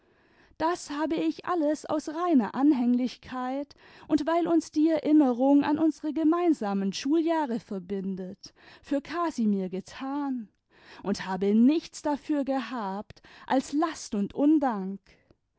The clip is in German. das habe ich alles aus reiner anhänglichkeit und weil uns die erinnerung an imsere gemeinsamen schuljahre verbindet für casimir getan und habe nichts dafür gehabt als last und undank